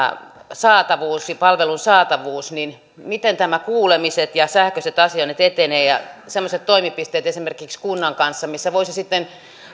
palvelun saatavuus niin miten nämä kuulemiset ja sähköiset asioinnit etenevät ja semmoiset toimipisteet esimerkiksi kunnan kanssa missä voisi sitten